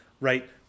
right